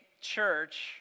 church